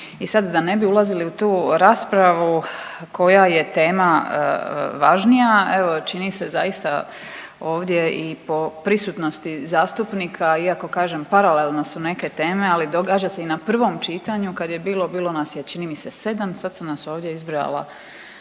i sad da ne bi ulazili u tu raspravu koja je tema važnija evo čini se zaista ovdje i po prisutnosti zastupnika iako kažem paralelno su neke teme, ali događa se i na prvom čitanju kad je bilo bilo nas je čini mi se 7, sad sam nas ovdje izbrojala